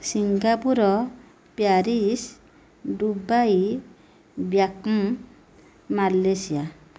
Singapore Paris Dubai ଵ୍ୟାକୁମ Malaysia